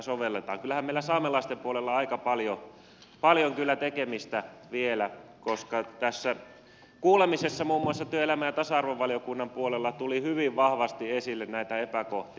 kyllähän meillä saamelaisten puolella aika paljon on tekemistä vielä koska tässä kuulemisessa muun muassa työelämä ja tasa arvovaliokunnan puolella tuli hyvin vahvasti esille näitä epäkohtia